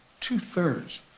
two-thirds